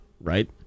right